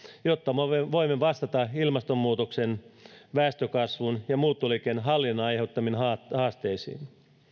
jotta me voimme vastata ilmastonmuutoksen väestönkasvun ja muuttoliikkeiden hallinnan aiheuttamiin haasteisiin